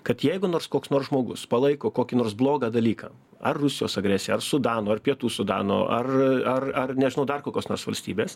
kad jeigu nors koks nors žmogus palaiko kokį nors blogą dalyką ar rusijos agresiją ar sudano ar pietų sudano ar ar ar nežinau dar kokios nors valstybės